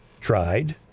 tried